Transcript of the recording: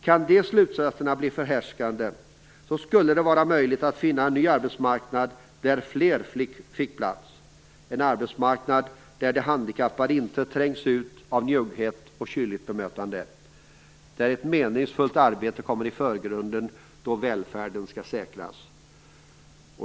Kan de slutsatserna bli förhärskande skulle det vara möjligt att finna en ny arbetsmarknad där fler fick plats, en arbetsmarknad där de handikappade inte trängs ut av njugghet och kyligt bemötande och där ett meningsfullt arbete kommer i förgrunden då välfärden skall säkras.